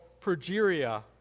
progeria